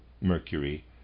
Mercury